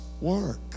work